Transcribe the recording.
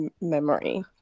memory